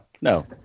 no